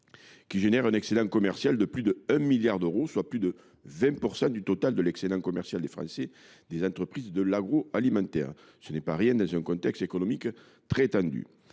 qui produit un excédent commercial de plus de 1 milliard d’euros, soit plus de 20 % du total de l’excédent commercial des entreprises françaises de l’agroalimentaire. Ce n’est pas rien dans un contexte économique très tendu.